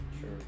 Sure